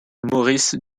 maurice